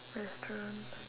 restaurants